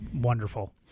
wonderful